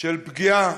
של פגיעה